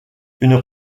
une